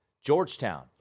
Georgetown